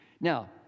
Now